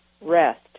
rest